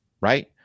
right